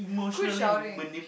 good shouting